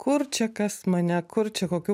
kur čia kas mane kur čia kokių